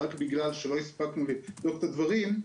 רק בגלל שלא הספקנו לבדוק את הדברים,